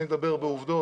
אני מדבר בעובדות,